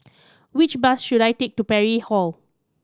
which bus should I take to Parry Hall